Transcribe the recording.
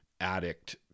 addict